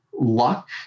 luck